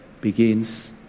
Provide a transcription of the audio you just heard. begins